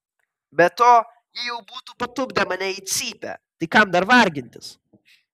be to jie jau būtų patupdę mane į cypę tai kam dar vargintis